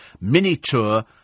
mini-tour